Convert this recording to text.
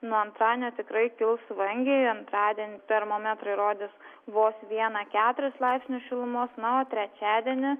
nuo antradienio tikrai kils vangiai antradienį termometrai rodys vos vieną keturis laipsnius šilumos na o trečiadienį